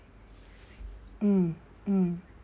mm mm